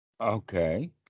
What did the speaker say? Okay